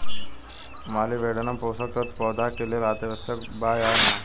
Molybdenum पोषक तत्व पौधा के लेल अतिआवश्यक बा या न?